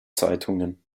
zeitungen